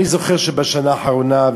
אני זוכר שבשנה האחרונה,